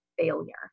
failure